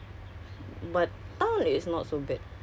malas the crowd no